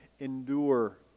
endure